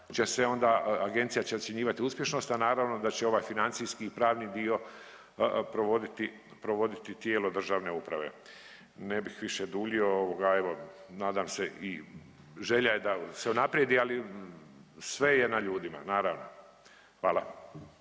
će se onda agencija će ocjenjivati uspješnost, a naravno da će ovaj financijski i pravni dio provoditi, provoditi tijelo državne uprave. Ne bih više duljio ovoga evo nadam se i želja je da se unaprijedi, ali sve ja na ljudima naravno. Hvala.